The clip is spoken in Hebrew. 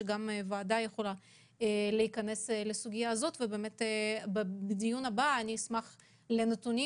הוועדה יכולה להיכנס לדיון בנושא ובדיון הבא אשמח לנתונים,